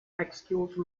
excuse